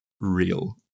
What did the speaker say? real